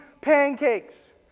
pancakes